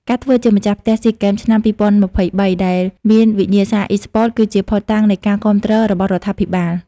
ការធ្វើជាម្ចាស់ផ្ទះស៊ីហ្គេមឆ្នាំ២០២៣ ដែលមានវិញ្ញាសាអុីស្ព័ត គឺជាភស្តុតាងនៃការគាំទ្ររបស់រដ្ឋាភិបាល។